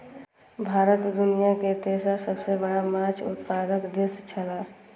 भारत दुनिया के तेसर सबसे बड़ा माछ उत्पादक देश छला